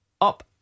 Up